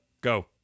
go